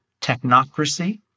technocracy